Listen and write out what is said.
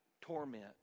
torment